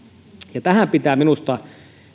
tähän pitää minusta